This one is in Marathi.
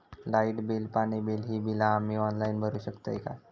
लाईट बिल, पाणी बिल, ही बिला आम्ही ऑनलाइन भरू शकतय का?